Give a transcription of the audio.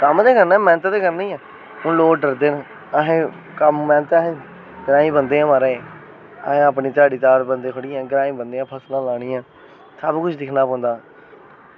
कम्म ते करना मैह्नत ते करनी गै होर लोग डरदे न मैह्नत असें ग्रांईं बंदे आं म्हाराज असल ध्याड़ी लान्ने आं शैल करियै सबकिश दिक्खना पौंदा